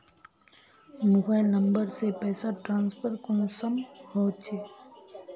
Mobile number से पैसा transfer कुंसम होचे?